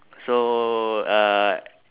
so err